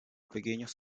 pequeños